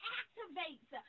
activates